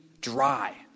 dry